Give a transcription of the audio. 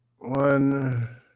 one